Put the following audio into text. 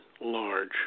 large